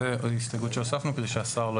זוהי ההסתייגות שהוספנו כדי שהשר לא